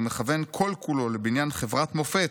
והוא מכוון כל-כולו לבניין חברת מופת.